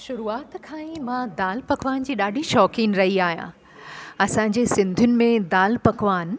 शुरुआति खां ई मां दाल पकवान जी ॾाढी शौंक़ीन रही आहियां असांजे सिंधियुनि में दाल पकवान